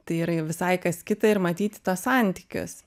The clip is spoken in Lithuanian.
tai yra visai kas kita ir matyti tuos santykius